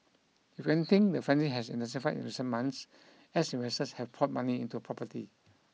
if anything the frenzy has intensified in recent months as investors have poured money into property